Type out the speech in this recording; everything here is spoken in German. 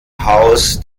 haus